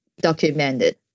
documented